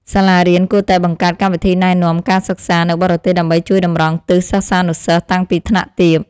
សាលារៀនគួរតែបង្កើតកម្មវិធីណែនាំការសិក្សានៅបរទេសដើម្បីជួយតម្រង់ទិសសិស្សានុសិស្សតាំងពីថ្នាក់ទាប។